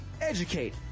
Educate